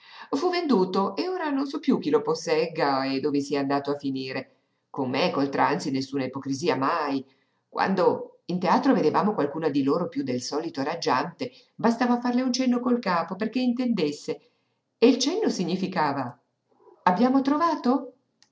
fu venduto e ora non so piú chi lo possegga e dove sia andato a finire con me e col tranzi nessuna ipocrisia mai quando in teatro vedevamo qualcuna di loro piú del solito raggiante bastava farle un cenno del capo perché intendesse e il cenno significava abbiamo trovato